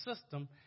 system